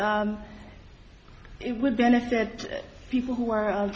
it would benefit people who are